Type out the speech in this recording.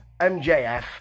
MJF